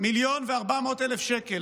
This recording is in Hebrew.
15.4 מיליון שקל